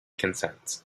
consents